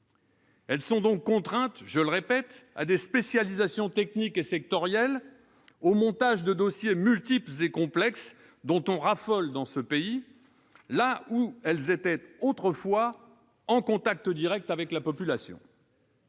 Elles sont donc contraintes, je le répète, à des spécialisations techniques et sectorielles, au montage de dossiers multiples et complexes, dont on raffole dans ce pays, là où elles étaient autrefois en contact direct avec la population.